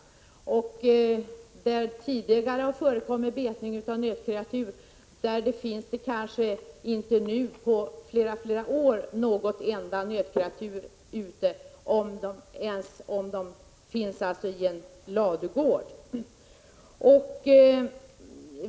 På platser som tidigare har varit betesmark har det nu inte funnits några nötkreatur på flera flera år, om de ens finns i en ladugård.